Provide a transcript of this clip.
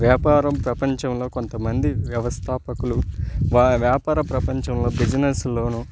వ్యాపారం ప్రపంచంలో కొంత మంది వ్యవస్థాపకులు వా వ్యాపార ప్రపంచంలో బిజినెస్సులలో